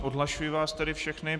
Odhlašuji vás tedy všechny.